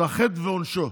אז החטא ועונשו: